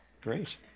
Great